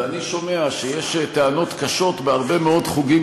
ואני שומע שיש טענות קשות בהרבה מאוד חוגים